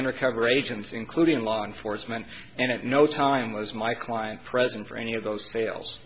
undercover agents including law enforcement and at no time was my client present for any of those sales